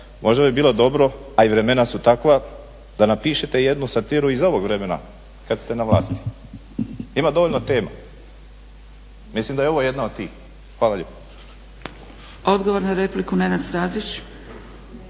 možda bi bilo dobro a i vremena su takva da napišete jednu satiru i za ovog vremena kada ste na vlasti. ima dovoljno tema. Mislim da je ovo jedna od tih. Hvala lijepo.